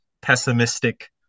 pessimistic